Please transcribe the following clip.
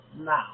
now